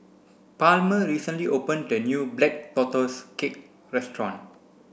Palmer recently opened a new black tortoise cake restaurant